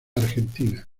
argentina